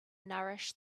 nourish